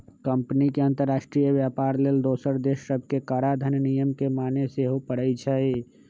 company के अंतरराष्ट्रीय व्यापार लेल दोसर देश सभके कराधान नियम के माने के सेहो परै छै